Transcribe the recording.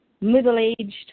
middle-aged